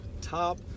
Top